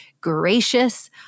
gracious